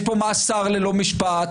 יש פה מאסר ללא משפט,